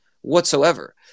whatsoever